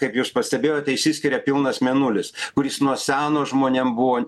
kaip jūs pastebėjote išsiskiria pilnas mėnulis kuris nuo seno žmonėm buvo